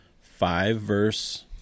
five-verse